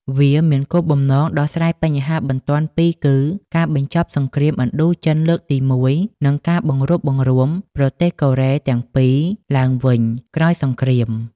វាមានគោលបំណងដោះស្រាយបញ្ហាបន្ទាន់ពីរគឺ ការបញ្ចប់សង្គ្រាមឥណ្ឌូចិនលើកទី១ និងការបង្រួបបង្រួមប្រទេសកូរ៉េទាំងពីរឡើងវិញក្រោយសង្គ្រាម។